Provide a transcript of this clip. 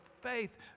faith